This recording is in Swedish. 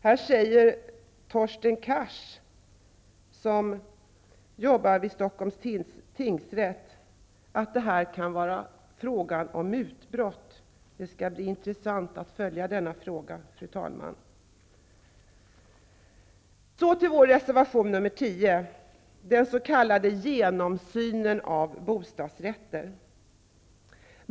Där säger Thorsten Cars, som arbetar vid Stockholms tingsrätt, att det kan vara fråga om mutbrott. Det skall bli intressant att följa denna fråga, fru talman. Så till vår reservation nr 10 som handlar om den s.k.